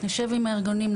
נשב עם הארגונים,